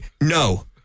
no